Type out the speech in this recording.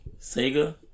Sega